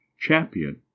champion